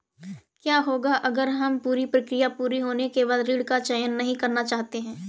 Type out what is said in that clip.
क्या होगा अगर हम पूरी प्रक्रिया पूरी होने के बाद ऋण का चयन नहीं करना चाहते हैं?